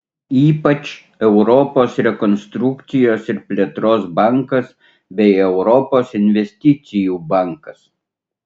ypač europos rekonstrukcijos ir plėtros bankas bei europos investicijų bankas